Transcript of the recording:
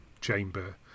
chamber